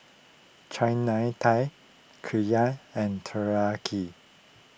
Chana Dal Okayu and Teriyaki